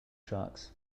sharks